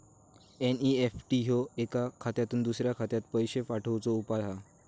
NEFT ह्यो एका खात्यातुन दुसऱ्या खात्यात पैशे पाठवुचो उपाय हा